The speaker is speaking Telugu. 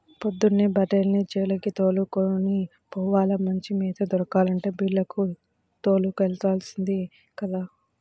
పొద్దున్నే బర్రెల్ని చేలకి దోలుకొని పోవాల, మంచి మేత దొరకాలంటే బీల్లకు తోలుకెల్లాల్సిందే గదా